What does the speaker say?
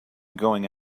going